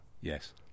yes